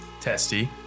testy